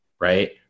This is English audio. right